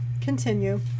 Continue